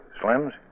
Slim's